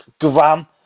gram